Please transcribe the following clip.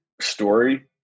story